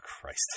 Christ